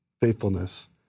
faithfulness